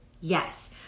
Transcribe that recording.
yes